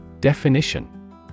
Definition